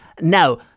now